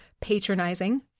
patronizing